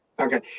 Okay